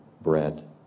bread